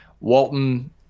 Walton